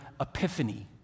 epiphany